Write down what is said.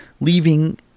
leaving –